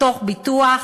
בתוך ביטוח,